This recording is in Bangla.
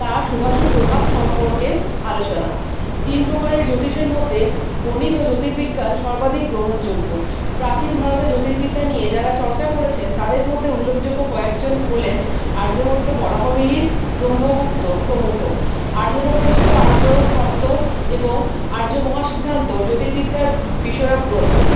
তার শুভাশুভ প্রভাব সম্পর্কে আলোচনা তিন প্রকারের জ্যোতিষের মধ্যে গণিত ও জ্যোতির্বিজ্ঞান সর্বাধিক গ্রহণযোগ্য প্রাচীন ভারতে জ্যোতির্বিদ্যা নিয়ে যাঁরা চর্চা করেছেন তাঁদের মধ্যে উল্লেখযোগ্য কয়েকজন হলেন আর্যভট্ট বরাহ মিহির ব্রহ্মগুপ্ত প্রমুখ আর্যভট্ট রচিত আর্যতত্ত্ব এবং আর্যমহাসিদ্ধান্ত জ্যোতির্বিদ্যার বিষয়ক গ্রন্থ